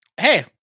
Hey